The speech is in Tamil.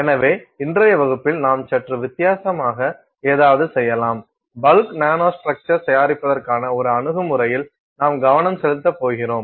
எனவே இன்றைய வகுப்பில் நாம் சற்று வித்தியாசமாக ஏதாவது செய்யலாம் பல்க் நானோ ஸ்ட்ரக்சர்ஸ் தயாரிப்பதற்கான ஒரு அணுகுமுறையில் நாம் கவனம் செலுத்தப் போகிறோம்